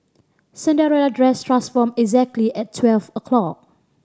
Cinderella dress transformed exactly at twelve o'clock